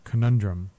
Conundrum